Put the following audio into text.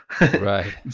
Right